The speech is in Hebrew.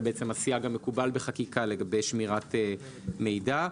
זה הסייג המקובל בחקיקה לגבי שמירת מידע.